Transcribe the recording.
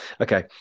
Okay